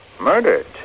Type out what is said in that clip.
Murdered